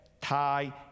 Thai